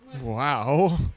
Wow